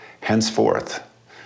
henceforth